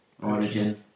Origin